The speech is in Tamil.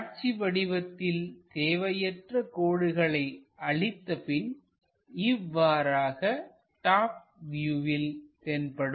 காட்சி வடிவத்தில் தேவையற்ற கோடுகளை அழித்தபின் இவ்வாறாக டாப் வியூவில் தென்படும்